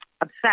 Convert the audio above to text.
upset